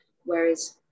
Whereas